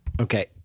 okay